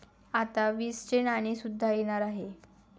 आता वीसचे नाणे सुद्धा येणार आहे